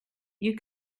you